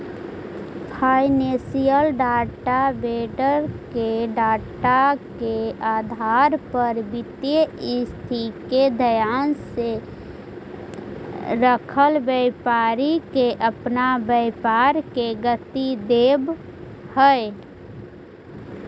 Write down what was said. financial data vendor के data के आधार पर वित्तीय स्थिति के ध्यान में रखल व्यापारी के अपना व्यापार के गति देवऽ हई